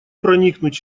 проникнуть